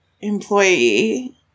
employee